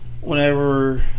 whenever